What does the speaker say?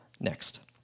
next